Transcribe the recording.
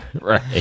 Right